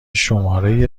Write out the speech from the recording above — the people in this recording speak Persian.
شماره